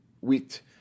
wheat